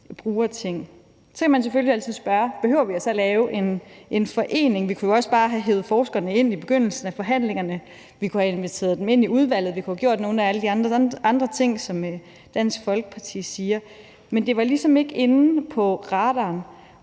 bruger ting. Så kan man selvfølgelig altid spørge: Behøver vi så at lave en forening? Vi kunne jo også bare have hevet forskerne ind i begyndelsen af forhandlingerne; vi kunne have inviteret dem ind i i udvalget; vi kunne have gjort nogle af alle de andre ting, som Dansk Folkeparti siger. Men det var ligesom ikke inde på radaren,